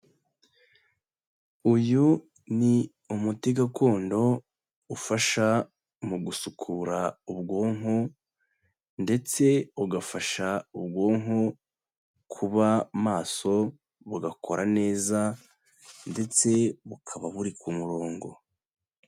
Uyu ni umuti gakondo ufasha mu gusukura ubwonko ndetse ugafasha ubwonko kuba maso bugakora neza ndetse bukaba buri ku murongo.